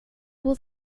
will